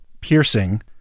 piercing